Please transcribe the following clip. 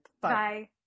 Bye